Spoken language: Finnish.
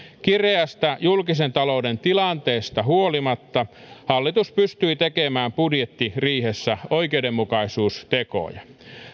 kireästä julkisen talouden tilanteesta huolimatta hallitus pystyi tekemään budjettiriihessä oikeudenmukaisuustekoja